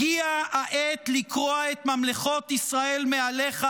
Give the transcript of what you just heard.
הגיעה העת לקרוע את ממלכות ישראל מעליך,